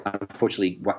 unfortunately